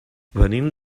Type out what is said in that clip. venim